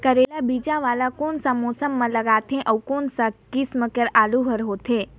करेला बीजा वाला कोन सा मौसम म लगथे अउ कोन सा किसम के आलू हर होथे?